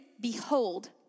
behold